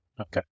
Okay